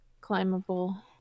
climbable